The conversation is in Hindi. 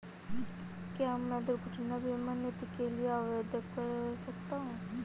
क्या मैं दुर्घटना बीमा नीति के लिए आवेदन कर सकता हूँ?